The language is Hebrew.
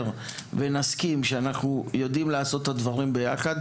ונסכים שאנחנו יודעים לעשות את הדברים ביחד,